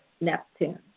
Neptune